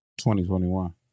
2021